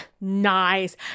Nice